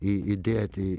į įdėt į